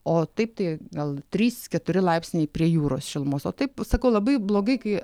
o taip tai gal trys keturi laipsniai prie jūros šilumos o taip sakau labai blogai kai